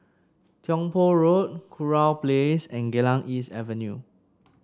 Tiong Poh Road Kurau Place and Geylang East Avenue